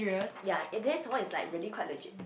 ya and then some more it's like really quite legit